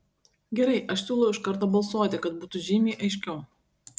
gerai aš siūlau iš karto balsuoti kad būtų žymiai aiškiau